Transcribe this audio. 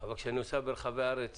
אבל כשאני נוסע ברחבי הארץ